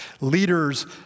Leaders